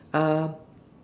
um